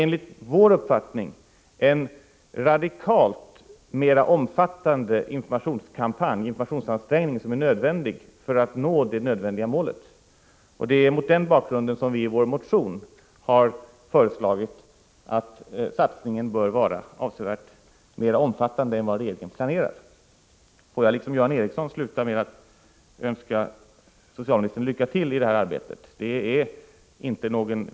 Enligt vår uppfattning krävs det en radikalt mer omfattande informationskampanj och radikalt större ansträngningar för att nå det erforderliga målet. Det är mot den bakgrunden som vi i vår motion har föreslagit att satsningen på detta område bör vara avsevärt mer omfattande än vad regeringen planerar. Liksom Göran Ericsson vill också jag avsluta anförandet med att önska socialministern lycka till i detta arbete.